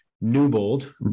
Newbold